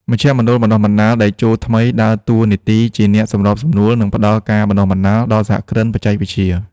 មជ្ឈមណ្ឌលបណ្តុះធុរកិច្ចតេជោថ្មីដើរតួនាទីជាអ្នកសម្របសម្រួល និងផ្ដល់ការបណ្ដុះបណ្ដាលដល់សហគ្រិនបច្ចេកវិទ្យា។